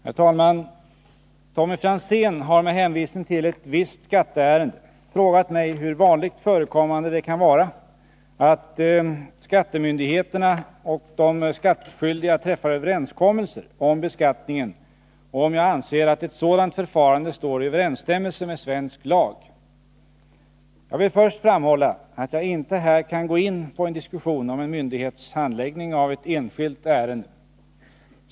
Herr talman! Tommy Franzén har, med hänvisning till ett visst skatteärende, frågat mig hur vanligt förekommande det kan vara att skattemyn 33 digheterna och de skattskyldiga träffar överenskommelser om beskattningen och om jag anser att ett sådant förfarande står i överensstämmelse med svensk lag. Jag vill först framhålla att jag inte här kan gå in på en diskussion om en myndighets handläggning av ett enskilt ärende.